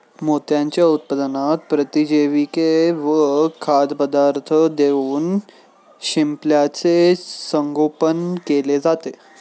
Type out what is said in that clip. मोत्यांच्या उत्पादनात प्रतिजैविके व खाद्यपदार्थ देऊन शिंपल्याचे संगोपन केले जाते